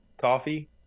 coffee